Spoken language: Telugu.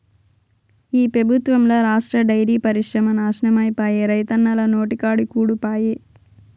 ఈ పెబుత్వంల రాష్ట్ర డైరీ పరిశ్రమ నాశనమైపాయే, రైతన్నల నోటికాడి కూడు పాయె